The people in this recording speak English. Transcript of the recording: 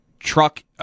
Truck